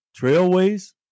Trailways